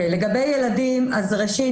אז לגבי ילדים אז ראשית,